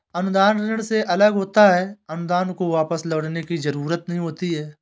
अनुदान ऋण से अलग होता है अनुदान को वापस लौटने की जरुरत नहीं होती है